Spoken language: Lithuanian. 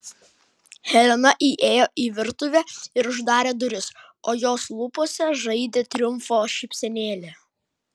helena įėjo į virtuvę ir uždarė duris o jos lūpose žaidė triumfo šypsenėlė